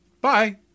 Bye